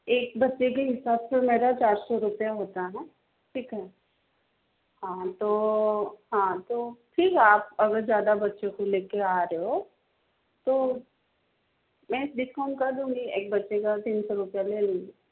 एक बच्चे के हिसाब से मेरा चार सौ रुपया होता है ठीक है हाँ तो हाँ तो ठीक है आप अगर ज़्यादा बच्चों को लेकर आ रहे हो तो मैं डिस्काउन्ट कर दूँगी एक बच्चे का तीन सौ रुपया ले लूँगी